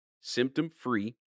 symptom-free